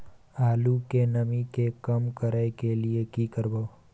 आलू के नमी के कम करय के लिये की करबै?